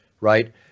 right